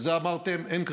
על זה אמרתם: אין קריטריונים.